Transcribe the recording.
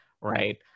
right